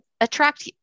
attract